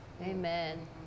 Amen